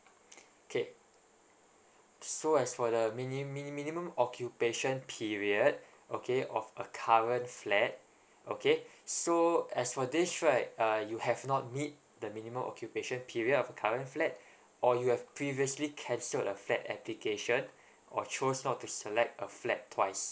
okay so as for the mini me minimum occupation period okay of a current flat okay so as for this right uh you have not meet the minimum occupation period of your current flat or you have previously cancelled a flat application or chose not to select a flat twice